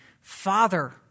Father